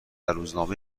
روزنامه